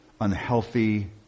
unhealthy